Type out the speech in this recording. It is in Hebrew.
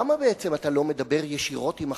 למה בעצם אתה לא מדבר ישירות עם ה"חמאס"?